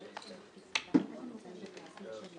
וזה הוזכר